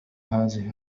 هذه